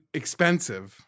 expensive